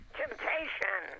temptation